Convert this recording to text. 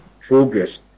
progress